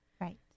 Right